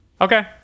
okay